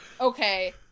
okay